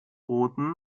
booten